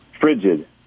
frigid